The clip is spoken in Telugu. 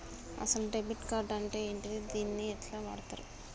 అసలు డెబిట్ కార్డ్ అంటే ఏంటిది? దీన్ని ఎట్ల వాడుతరు?